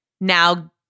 now